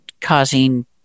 causing